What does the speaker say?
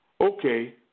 Okay